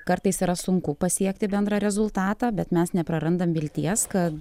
kartais yra sunku pasiekti bendrą rezultatą bet mes neprarandam vilties kad